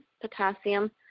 potassium